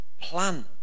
plan